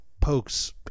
pokes